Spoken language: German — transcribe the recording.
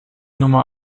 nummer